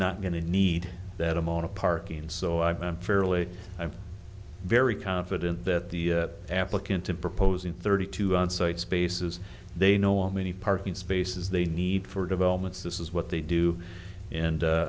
not going to need that amount of parking so i'm fairly i'm very confident that the applicant i'm proposing thirty two onsite spaces they know many parking spaces they need for developments this is what they do and